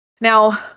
Now